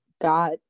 got